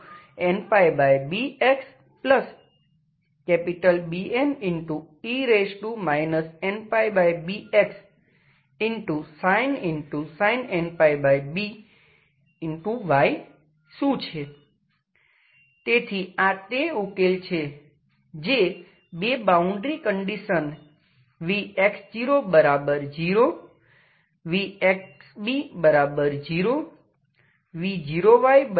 તેથી આ તે ઉકેલ છે જે બે boundary condition vx00 vxb0 v0y0 ને સંતોષે છે